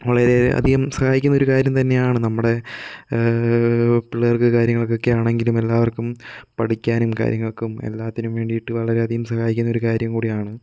വളരെ അധികം സഹായിക്കുന്ന ഒരു കാര്യം തന്നെയാണ് നമ്മുടെ പിള്ളേർക്ക് കാര്യങ്ങളൊക്കെ ആണെങ്കിലും എല്ലാവർക്കും പഠിക്കാനും കാര്യങ്ങക്കും എല്ലാത്തിനും വേണ്ടിട്ട് വളരെ അധികം സഹായിക്കുന്ന ഒരു കാര്യം കൂടിയാണ്